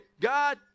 God